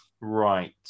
right